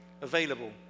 available